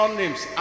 names